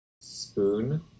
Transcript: Spoon